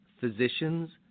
physicians